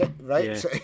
right